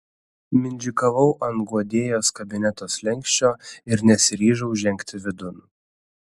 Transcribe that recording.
mindžikavau ant guodėjos kabineto slenksčio ir nesiryžau žengti vidun